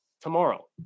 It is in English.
tomorrow